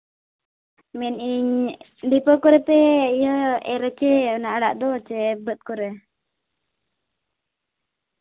ᱢᱮᱱᱮᱜ ᱟᱹᱧ ᱰᱷᱤᱯᱟᱹ ᱠᱚᱨᱮ ᱯᱮ ᱤᱭᱟᱹ ᱮᱨᱻ ᱦᱚᱪᱚᱭ ᱚᱱᱟ ᱟᱲᱟᱜ ᱫᱚ ᱪᱮᱫ ᱵᱟᱹᱫᱽ ᱠᱚᱨᱮ